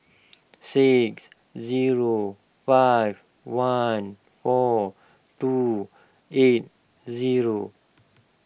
six zero five one four two eight zero